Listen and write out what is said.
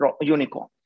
unicorn